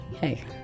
hey